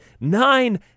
Nine